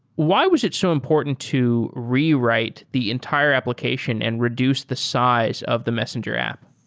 why was it so important to rewrite the entire application and reduce the size of the messenger app?